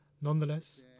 Nonetheless